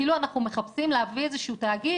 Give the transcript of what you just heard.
כאילו אנחנו מחפשים להביא איזשהו תאגיד,